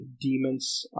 demons